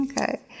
Okay